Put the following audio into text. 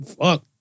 Fuck